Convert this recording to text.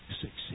success